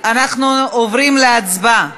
אנחנו עוברים להצבעה.